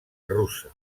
rusa